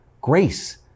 grace